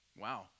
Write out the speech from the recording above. Wow